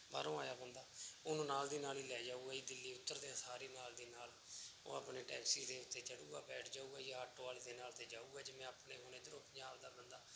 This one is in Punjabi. ਬਾਹਰੋਂ ਆਇਆਂ ਬੰਦਾ ਉਹਨੂੰ ਨਾਲ ਦੀ ਨਾਲ ਹੀ ਲੈ ਜਾਊਗਾ ਜੀ ਦਿੱਲੀ ਉਤਰਦਿਆਂ ਸਾਰ ਹੀ ਨਾਲ ਦੀ ਨਾਲ ਉਹ ਆਪਣੇ ਟੈਕਸੀ ਦੇ ਉੱਤੇ ਚੜ੍ਹੂਗਾ ਬੈਠ ਜਾਊਗਾ ਜੀ ਆਟੋ ਵਾਲੇ ਦੇ ਨਾਲ ਅਤੇ ਜਾਊਗਾ ਜਿਵੇਂ ਆਪਣੇ ਹੁਣ ਇੱਧਰੋਂ ਪੰਜਾਬ ਦਾ ਬੰਦਾ